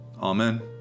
Amen